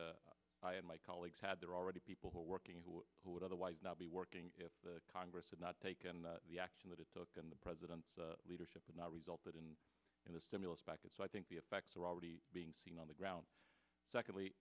that i and my colleagues had there are already people who are working who would otherwise not be working if the congress had not taken the action that it took and the president's leadership has not resulted in in a stimulus package so i think the effects are already being seen on the ground secondly